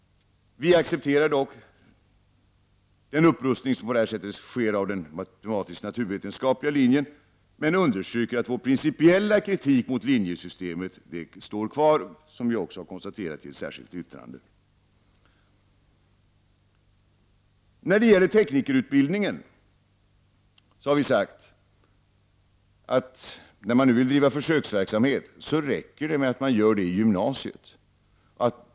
Vi accepterar dock den upprustning som förutsätts ske av den matematisk-naturvetenskapliga linjen, men vi understryker att vår principiella kritik av linjesystemet kvarstår, vilket vi också har konstaterat i ett särskilt yttrande. När det gäller teknikerutbildningen har vi sagt att försöksverksamheten skall bedrivas endast i gymnasiet.